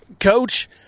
coach